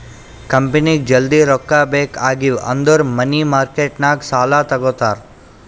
ಕಂಪನಿಗ್ ಜಲ್ದಿ ರೊಕ್ಕಾ ಬೇಕ್ ಆಗಿವ್ ಅಂದುರ್ ಮನಿ ಮಾರ್ಕೆಟ್ ನಾಗ್ ಸಾಲಾ ತಗೋತಾರ್